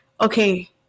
okay